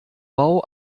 bau